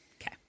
Okay